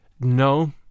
No